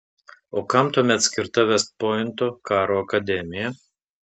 o kam tuomet skirta vest pointo karo akademija